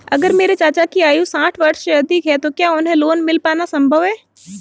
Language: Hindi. अगर मेरे चाचा की आयु साठ वर्ष से अधिक है तो क्या उन्हें लोन मिल पाना संभव है?